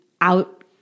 out